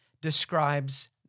describes